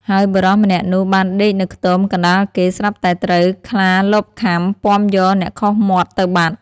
ហើយបុរសម្នាក់នោះបានដេកនៅខ្ទមកណ្តាលគេ ស្រាប់តែត្រូវខ្លាលបខាំ ពាំយកអ្នកខុសមាត់ទៅបាត់។